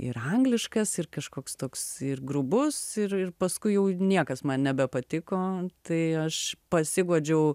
ir angliškas ir kažkoks toks ir grubus ir ir paskui jau niekas man nebepatiko tai aš pasiguodžiau